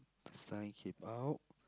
a fly came out